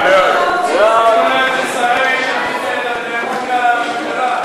רבותי, הצבעה בקריאה טרומית.